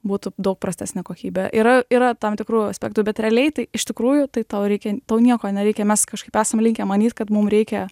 būtų daug prastesnė kokybė yra yra tam tikrų aspektų bet realiai tai iš tikrųjų tai tau reikia tau nieko nereikia mes kažkaip esam linkę manyt kad mum reikia